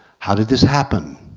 how did this happen?